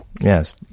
yes